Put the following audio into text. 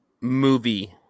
movie